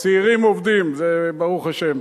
הצעירים עובדים, זה ברוך השם.